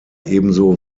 ebenso